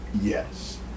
yes